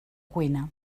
cuina